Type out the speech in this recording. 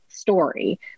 story